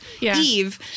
Eve